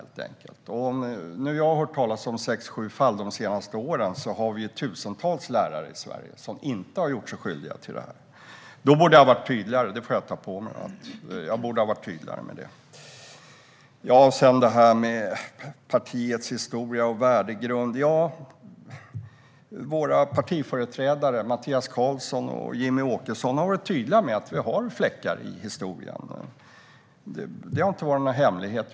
Jag har hört talas om sex sju fall de senaste åren, men vi har ju tusentals lärare i Sverige som inte har gjort sig skyldiga till det här. Jag borde ha varit tydligare, och det får jag ta på mig. Jag borde ha varit tydligare med det. När det gäller partiets historia och värdegrund har våra partiföreträdare Mattias Karlsson och Jimmie Åkesson varit tydliga med att vi har fläckar på vår historia. Det har inte varit någon hemlighet.